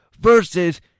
versus